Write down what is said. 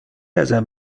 ازم